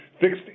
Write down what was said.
fixed